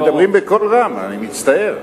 אתם מדברים בקול רם, אני מצטער.